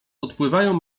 odpływają